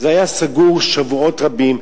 היה סגור שבועות רבים.